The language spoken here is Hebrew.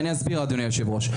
ואני אסביר אדוני היושב ראש.